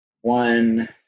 One